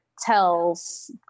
tells